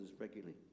regularly